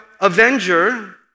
avenger